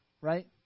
Right